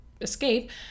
escape